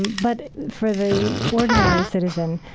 but for the ordinary citizen,